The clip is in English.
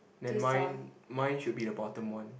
then mine mine should be the bottom one